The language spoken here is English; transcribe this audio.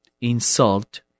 insult